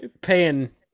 paying